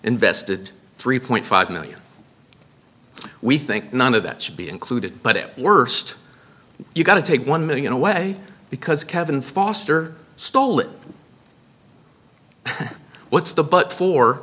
invested three point five million we think none of that should be included but it worst you got to take one million away because kevin foster stole it what's the but for